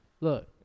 look